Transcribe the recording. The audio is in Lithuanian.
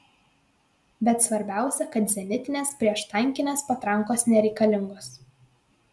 bet svarbiausia kad zenitinės prieštankinės patrankos nereikalingos